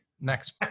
next